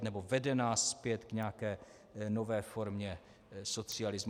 Nebo vede nás zpět k nějaké nové formě socialismu.